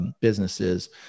businesses